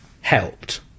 helped